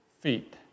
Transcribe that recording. feet